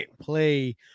play